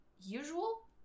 usual